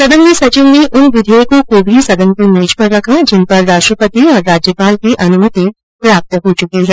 सदन में सचिव ने उन विधेयकों को भी सदन की मेज पर रखा जिन पर राष्ट्रपति और राज्यपाल की अनुमति प्राप्त हो चुकी है